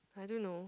I don't know